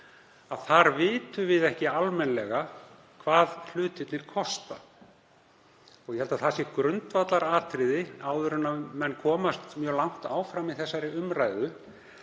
Þar vitum við ekki almennilega hvað hlutirnir kosta. Ég held að það sé grundvallaratriði áður en menn komast mjög langt áfram í þessari umræðu